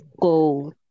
go